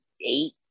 eight